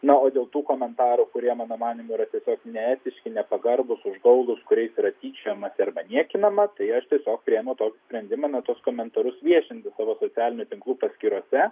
na o dėl tų komentarų kurie mano manymu yra tiesiog neetiški nepagarbūs užgaulūs kuriais yra tyčiojamasi arba niekinama tai aš tiesiog priėmiau tokį sprendimą na tuos komentarus viešinti savo socialinių tinklų paskyrose